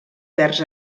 vers